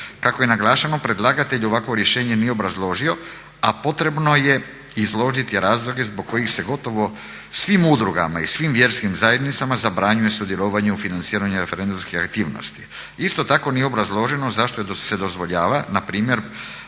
Kako je naglašeno predlagatelj ovakvo rješenje nije obrazložio a potrebno je izložiti razloge zbog kojih se gotovo svim udrugama i svim vjerskim zajednicama zabranjuje sudjelovanje u financiranju referendumske aktivnosti. Isto tako nije obrazloženo zašto se dozvoljava npr.